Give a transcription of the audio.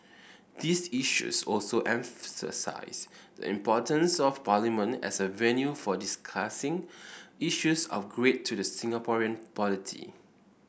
these issues also emphasise the importance of Parliament as a venue for discussing issues of great to the Singaporean polity